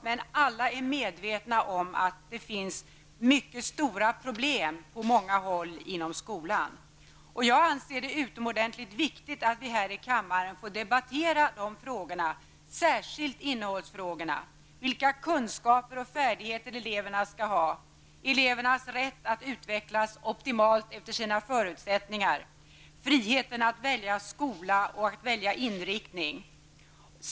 Men alla är medvetna om att det finns mycket stora problem på många håll inom skolan. Jag anser att det är utomordentligt viktigt att vi här i kammaren får debattera skolfrågorna, särskilt innehållsfrågorna. Det handlar om vilka kunskaper och färdigheter som eleverna skall ha, om elevernas rätt att utvecklas optimalt alltefter egna förutsättningar samt om friheten att välja skola och inriktning.